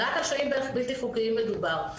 רק על שוהים בלתי חוקיים מדובר.